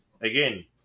again